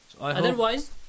Otherwise